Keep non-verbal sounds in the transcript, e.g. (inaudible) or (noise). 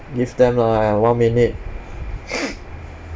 give them lah one minute (noise)